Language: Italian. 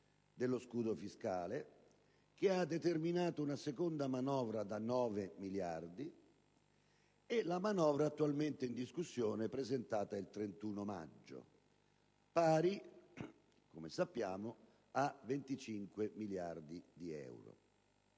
dello scudo fiscale, che ha determinato una seconda manovra da 9 miliardi, e la manovra attualmente in discussione presentata il 31 maggio, pari, come sappiamo, a 25 miliardi di euro.